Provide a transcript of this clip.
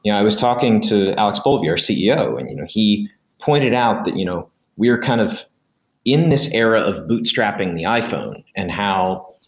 yeah i was talking to alex polvi, our ceo, and you know he pointed out that you know we are kind of in this era of bootstrapping the iphone and how,